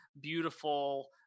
beautiful